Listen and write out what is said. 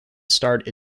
starred